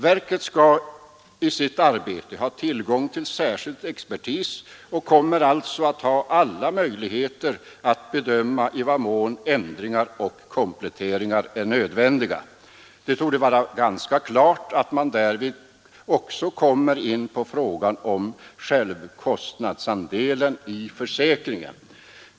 Verket skall i sitt arbete ha tillgång till särskild expertis och kommer alltså att ha alla möjligheter att bedöma i vad mån ändringar och kompletteringar är nödvändiga. Det torde vara ganska klart att man därvid också kommer in på frågan om självkostnadsandelen i försäkringen.